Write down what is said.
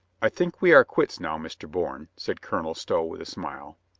i think we are quits now, mr. bourne, said colonel stow with a smile.